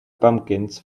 pumpkins